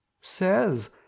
says